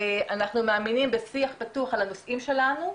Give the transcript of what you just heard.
אנחנו מאמינים בשיח פתוח על הנושאים שלנו.